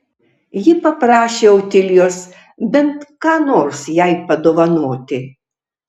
ji paprašė otilijos bent ką nors jai padovanoti